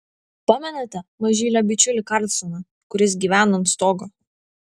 pamenate mažylio bičiulį karlsoną kuris gyveno ant stogo